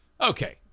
Okay